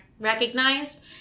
recognized